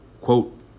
Quote